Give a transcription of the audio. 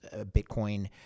Bitcoin